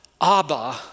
Abba